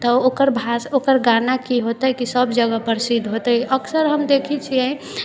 तऽ ओकर भा ओकर गाना कि हौते कि सभ जगह प्रसिद्ध हौते अक्सर हम देखै छियै